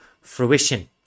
fruition